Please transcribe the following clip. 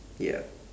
ya